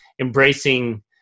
embracing